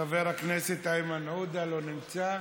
חבר הכנסת איימן עודה, לא נמצא,